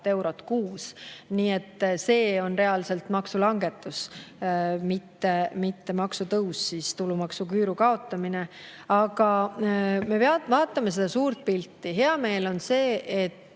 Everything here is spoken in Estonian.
eurot kuus. See on reaalselt maksulangetus, mitte maksutõus, see tulumaksuküüru kaotamine. Aga me vaatame seda suurt pilti. On hea meel, et